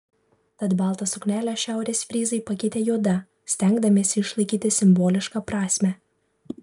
tad baltą suknelę šiaurės fryzai pakeitė juoda stengdamiesi išlaikyti simbolišką prasmę